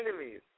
enemies